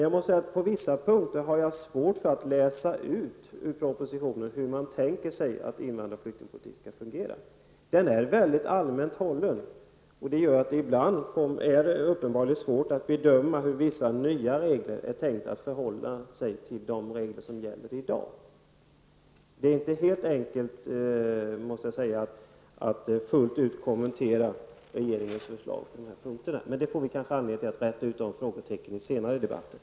På vissa punkter har jag svårt att utläsa ur propositionen hur man tänker sig att invandrar och flyktingpolitiken skall fungera. Propositionen är väldigt allmänt hållen, och ibland är det svårt att bedöma hur vissa nya regler är tänkta att förhålla sig till de regler som nu gäller. Det är inte alldeles enkelt att fullt ut kommentera regeringens förslag på dessa punkter, men vi får kanske tillfälle att räta ut frågetecknen under senare debatter.